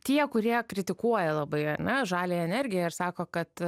tie kurie kritikuoja labai ar ne žaliąją energiją ir sako kad